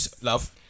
love